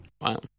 Wow